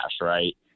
Right